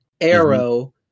Arrow